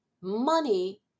Money